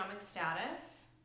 status